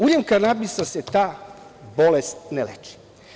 Uljem kanabisa se ta bolest ne leči.